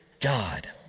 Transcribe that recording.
God